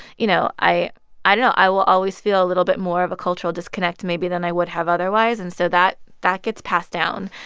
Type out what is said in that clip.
you know, i i don't know. i will always feel a little bit more of a cultural disconnect maybe than i would have otherwise. and so that that gets passed down.